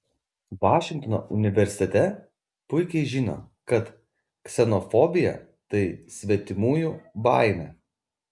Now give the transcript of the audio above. vašingtono universitete puikiai žino kad ksenofobija tai svetimųjų baimė